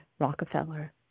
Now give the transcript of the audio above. Rockefeller